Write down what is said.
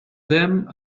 them